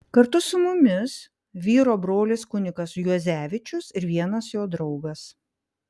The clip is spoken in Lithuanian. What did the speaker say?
kartu su mumis vyro brolis kunigas juozevičius ir vienas jo draugas